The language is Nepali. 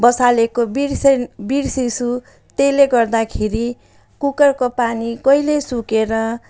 बसालेको बिर्सेन बिर्सेछु त्यसले गर्दाखेरि कुकरको पानी कहिले सुकेर